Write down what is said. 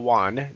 one